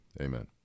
Amen